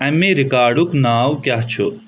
امے رِکاڈُک ناو کیاہ چھُ